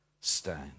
stand